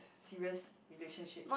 serious relationship